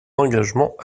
engagement